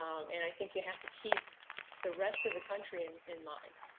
um and i think you have to keep the rest of the country and in mind,